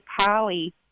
Polly